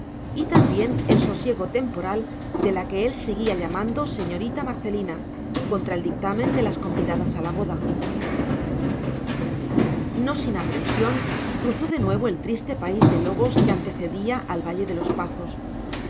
y también el sosiego temporal de la que él seguía llamando señorita marcelina contra el dictamen de las convidadas a la boda no sin aprensión cruzó de nuevo el triste país de lobos que antecedía al valle de los pazos